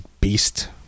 beast